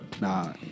Nah